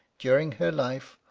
during her life,